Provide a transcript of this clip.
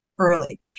early